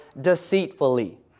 deceitfully